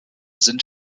sind